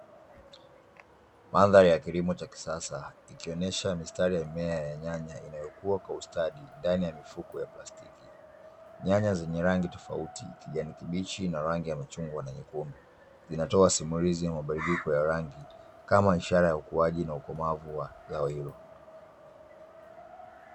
Mandhari ya kilimo cha sasa, ikionesha mistari ya mimea ya nyanya inayokua kwa ustadi, ndani ya mifuko ya plastiki. Nyanya zenye rangi tofauti kijani kibichi, na rangi ya machungwa na nyekundu; zinatoa simulizi ya mabadiliko ya rangi, kama ishara ya ukuaji na ukomavu wa zao hilo.